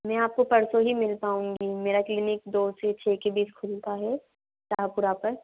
मैं आपको परसों ही मिल पाऊँगी मेरा क्लीनिक दो से छः के बीच खुलता है जहापुरा पर